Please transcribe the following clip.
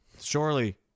Surely